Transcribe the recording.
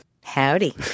Howdy